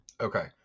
Okay